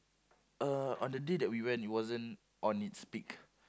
uh on the day that we went it wasn't on it's peak